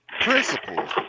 principles